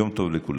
יום טוב לכולם.